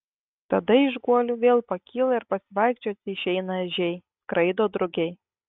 tada iš guolių vėl pakyla ir pasivaikščioti išeina ežiai skraido drugiai